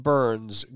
Burns